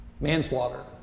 manslaughter